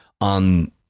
on